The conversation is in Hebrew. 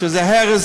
אדוני השר,